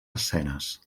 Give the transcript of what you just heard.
escenes